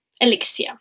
Elixir